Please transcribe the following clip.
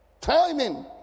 timing